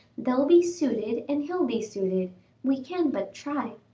they'll be suited and he'll be suited we can but try.